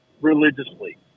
religiously